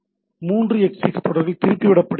3xx தொடர்கள் திருப்பிவிடப்படுகின்றன